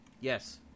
Yes